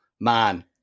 man